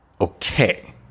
okay